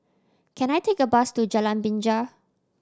can I take a bus to Jalan Binja